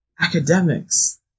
academics